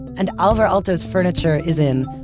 and alvar aalto's furniture is in,